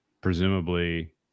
presumably